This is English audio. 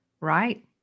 Right